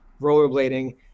rollerblading